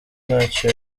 ntacyo